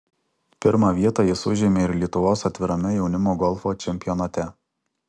pirmą vietą jis užėmė ir lietuvos atvirame jaunimo golfo čempionate